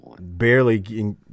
barely